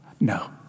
No